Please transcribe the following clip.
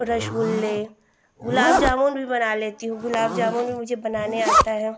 रसगुल्ले गुलाब ज़ामुन भी बना लेती हूँ गुलाब ज़ामुन भी मुझे बनाना आता है